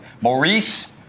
Maurice